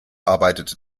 arbeitete